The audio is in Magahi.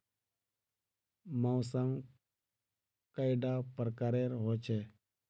मौसम कैडा प्रकारेर होचे?